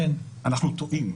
אנחנו טועים,